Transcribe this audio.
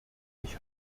ich